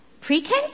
pre-k